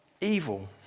evil